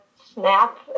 snap